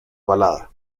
balada